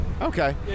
Okay